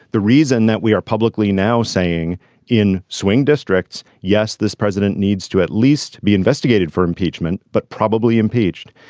the reason that we are publicly now saying in swing districts. yes this president needs to at least be investigated for impeachment but probably impeached.